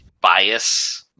bias